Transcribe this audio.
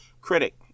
critic